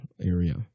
area